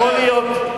יכול להיות.